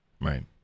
Right